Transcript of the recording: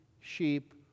sheep